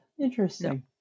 Interesting